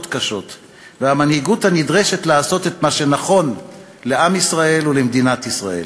קשות והמנהיגות הנדרשת לעשות את מה שנכון לעם ישראל ולמדינת ישראל: